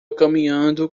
caminhando